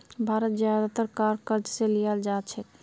भारत ज्यादातर कार क़र्ज़ स लीयाल जा छेक